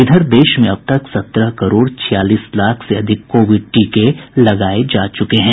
इधर देश में अब तक सत्रह करोड छियालीस लाख से अधिक कोविड टीके लगाये जा चुके हैं